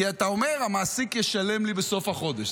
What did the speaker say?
כי אתה אומר: המעסיק ישלם לי בסוף החודש,